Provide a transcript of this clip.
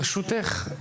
ברשותך,